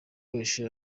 wese